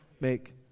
make